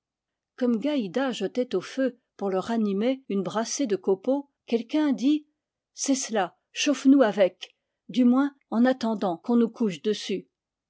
comme gaïda jetait au feu pour le ranimer une brassée de copeaux quelqu'un dit c'est cela chauffe nous avec du moins en attendant qu'on nous couche dessus